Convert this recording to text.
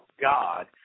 God